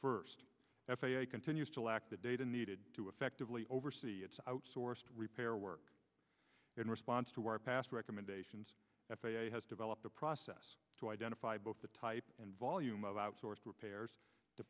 first f a a continues to lack the data needed to effectively oversee its outsourced repair work in response to our past recommendations f a a has developed a process to identify both the type and volume of outsourced repairs to